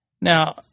Now